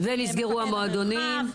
ונסגרו המועדונים.